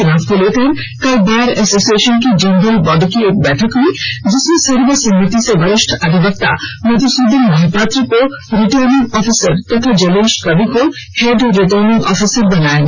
चुनाव को लेकर कल बार एसोसिएशन की जनरल बॉडी की एक बैठक हुई जिसमें सर्वसम्मति से वरिष्ठ अधिवक्ता मधुसूदन महापात्र को रिटर्निंग ऑफिसर तथा जलेश कवि को हेड रिटर्निंग ऑफिसर बनाया गया